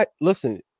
Listen